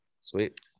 Sweet